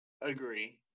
agree